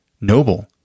noble